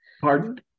pardon